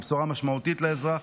היא בשורה משמעותית לאזרח.